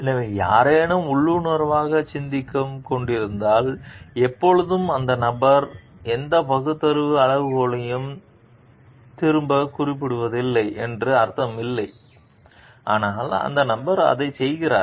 எனவே யாரேனும் உள்ளுணர்வாகச் சிந்தித்துக் கொண்டிருந்தால் எப்பொழுதும் அந்த நபர் எந்த பகுத்தறிவு அளவுகோலையும் திரும்பக் குறிப்பிடுவதில்லை என்று அர்த்தம் இல்லை ஆனால் அந்த நபர் அதைச் செய்கிறார்